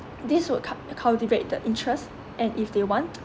this would cul~ cultivate the interest and if they want